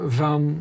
van